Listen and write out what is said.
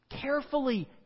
Carefully